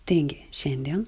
taigi šiandien